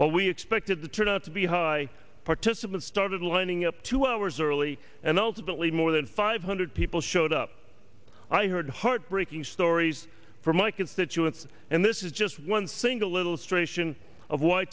while we expected to turn out to be high participants started lining up two hours early and ultimately more than five hundred people showed up i heard heartbreaking stories from my constituents and this is just one single little stray s